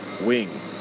wing